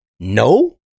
no